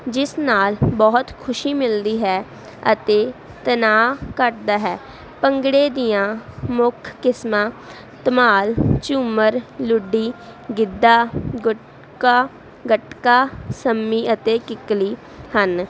ਜਿਸ ਨਾਲ ਬਹੁਤ ਖੁਸ਼ੀ ਮਿਲਦੀ ਹੈ ਅਤੇ ਤਣਾਓ ਘੱਟਦਾ ਹੈ ਭੰਗੜੇ ਦੀਆਂ ਮੁੱਖ ਕਿਸਮਾਂ ਧਮਾਲ ਝੁੰਮਰ ਲੁੱਡੀ ਗਿੱਦਾ ਗੁਟਕਾ ਗੱਤਕਾ ਸੰਮੀ ਅਤੇ ਕਿਕਲੀ ਹਨ